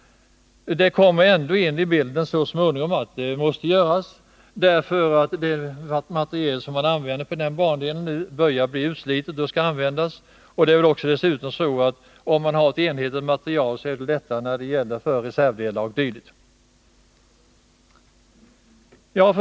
Det kommer ändå in i bilden så småningom att en ombyggnad måste göras, därför att den materiel som används på bandelen börjar bli utsliten, och det är också förmånligt att ha enhetlig materiel när det blir fråga om reservdelar o. d. Fru talman!